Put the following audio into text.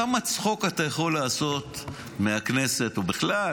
כמה צחוק אתה יכול לעשות מהכנסת או בכלל